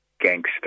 gangster